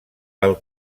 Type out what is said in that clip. pel